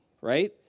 right